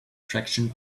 traction